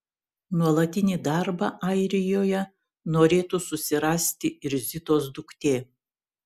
nuolatinį darbą airijoje norėtų susirasti ir zitos duktė